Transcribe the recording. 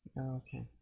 Okay